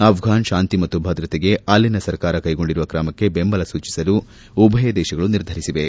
apron ಶಾಂತಿ ಮತ್ತು ಭದ್ರತೆಗೆ ಅಲ್ಲಿನ ಸರ್ಕಾರ ಕೈಗೊಂಡಿರುವ ಕ್ರಮಕ್ಕೆ ಬೆಂಬಲ ಸೂಚಿಸಲು ಉಭಯ ದೇಶಗಳು ನಿರ್ಧರಿಸಿವೆ